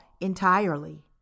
entirely